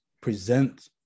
present